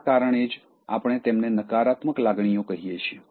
આ કારણે જ આપણે તેમને નકારાત્મક લાગણીઓ કહીએ છીએ